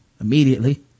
immediately